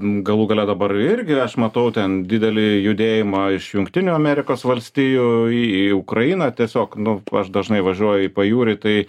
galų gale dabar irgi aš matau ten didelį judėjimą iš jungtinių amerikos valstijų į ukrainą tiesiog nu va aš dažnai važiuoju į pajūrį tai